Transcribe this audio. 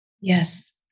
Yes